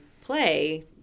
play